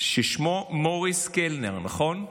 ששמו מוריס קלנר, נכון?